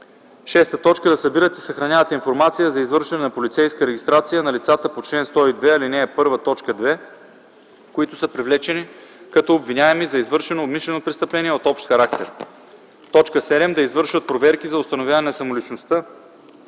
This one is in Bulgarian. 6. да събират и съхраняват информация за извършване на полицейска регистрация на лицата по чл. 102, ал. 1, т. 2, които са привлечени като обвиняеми за извършено умишлено престъпление от общ характер; 7. да извършват проверка за установяване на самоличността